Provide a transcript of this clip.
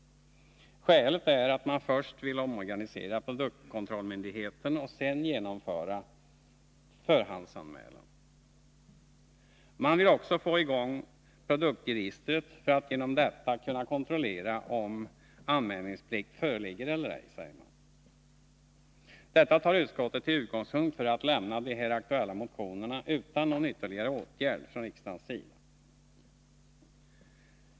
Skälet är att man först vill omorganisera produktkontrollmyndigheten och sedan genomföra förhandsanmälan. Man vill också få i gång produktregistret för att genom detta kunna kontrollera om anmälningsplikt föreligger eller ej. Detta tar utskottet till utgångspunkt för att de här aktuella motionerna bör lämnas utan ytterligare åtgärd från riksdagens sida.